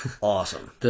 awesome